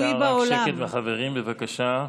אפשר שקט מהחברים, בבקשה?